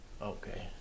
Okay